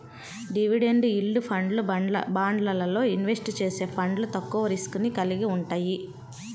dividend yield ఫండ్లు, బాండ్లల్లో invest చేసే ఫండ్లు తక్కువ రిస్క్ ని కలిగి వుంటయ్యి